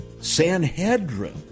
Sanhedrin